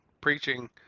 preaching